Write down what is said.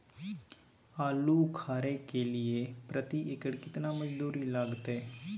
आलू उखारय के लिये प्रति एकर केतना मजदूरी लागते?